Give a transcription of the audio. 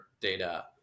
data